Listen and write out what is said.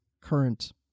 current